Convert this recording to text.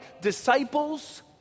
disciples